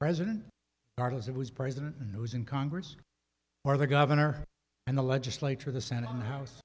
president that was president and it was in congress or the governor and the legislature the senate and the house